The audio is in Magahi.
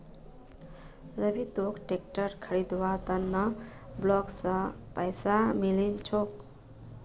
रवि तोक ट्रैक्टर खरीदवार त न ब्लॉक स पैसा मिलील छोक